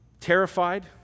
terrified